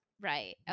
Right